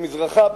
במזרחה,